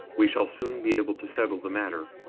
we shall soon be able to settle the matter.